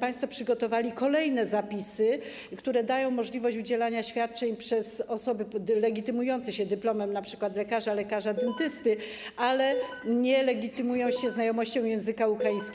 państwo przygotowali kolejne zapisy, które dają możliwość udzielania świadczeń przez osoby legitymujące się dyplomem np. lekarza, lekarza dentysty, ale nielegitymujące się znajomością języka ukraińskiego.